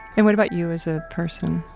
and what about you as a person?